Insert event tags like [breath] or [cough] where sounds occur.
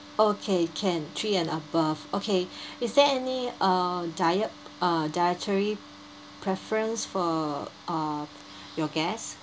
okay can three and above okay [breath] is there any uh diet uh dietary preference for uh your guest